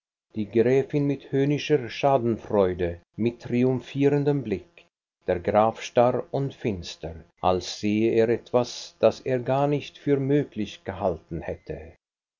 herüber die gräfin mit höhnischer schadenfreude mit triumphierendem blick der graf starr und finster als sehe er etwas das er gar nicht für möglich gehalten hätte